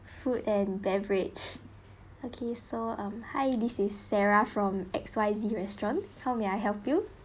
food and beverage okay so um hi this is sarah from X Y Z restaurant how may I help you